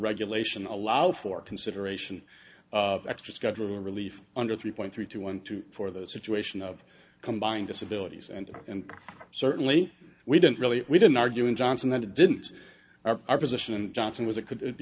regulation allow for consideration of extra schedule a relief under three point three two one two for the situation of combined disability and certainly we didn't really we didn't argue in johnson that it didn't our position and johnson was it could be